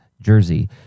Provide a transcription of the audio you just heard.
jersey